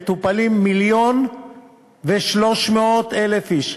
מטופלים מיליון ו-300,000 איש.